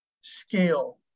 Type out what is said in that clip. scale